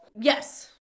Yes